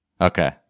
Okay